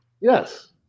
Yes